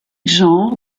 genre